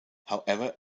however